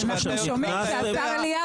זאב,